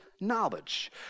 knowledge